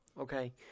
Okay